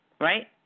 right